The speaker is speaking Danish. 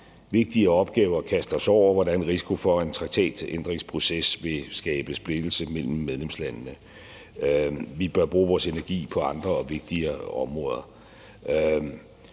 vigtigere opgaver at kaste os over, og hvor der er en risiko for, at en traktatændringsproces vil skabe splittelse mellem medlemslandene. Vi bør bruge vores energi på andre og vigtigere områder.